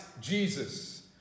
Jesus